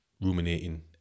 ruminating